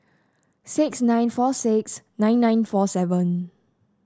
six nine four six nine nine four seven